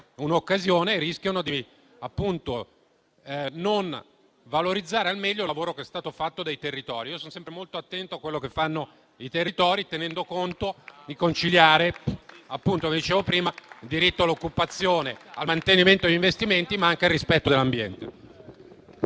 un'occasione e rischiano di non valorizzare al meglio il lavoro che è stato fatto dai territori. Sono sempre molto attento a quello che fanno i territori, che tengono conto dell'esigenza di conciliare - come dicevo prima - il diritto all'occupazione, il mantenimento degli investimenti, ma anche il rispetto dell'ambiente.